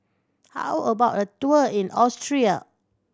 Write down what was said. how about a tour in Austria